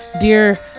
dear